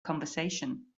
conversation